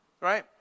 Right